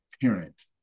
parent